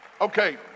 Okay